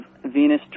Venus